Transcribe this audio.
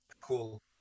cool